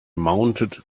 mounted